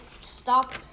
stop